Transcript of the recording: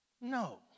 No